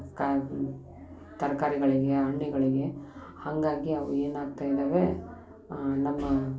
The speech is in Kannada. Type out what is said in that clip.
ಅದಕ್ಕಾಗಿ ತರಕಾರಿಗಳಿಗೆ ಹಣ್ಣುಗಳಿಗೆ ಹಾಗಾಗಿ ಅವು ಏನಾಗ್ತಾ ಇದ್ದಾವೆ ನಮ್ಮ